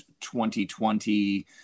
2020